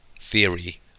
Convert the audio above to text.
theory